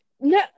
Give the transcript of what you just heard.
No